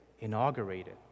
inaugurated